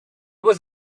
was